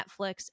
Netflix